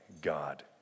God